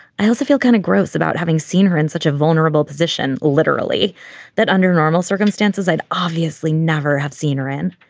i also feel kind of gross about having seen her in such a vulnerable position literally that under normal circumstances i'd obviously never have seen her in.